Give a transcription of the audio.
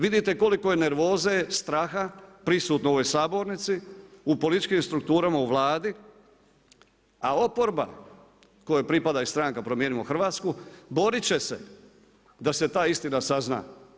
Vidite koliko je nervoze, straha, prisutno u ovoj sabornici u političkim strukturama u Vladi a oporba kojoj pripada i stranka Promijenimo Hrvatsku boriti će se da se ta istina sazna.